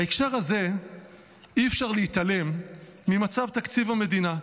בהקשר הזה אי-אפשר להתעלם ממצב תקציב המדינה,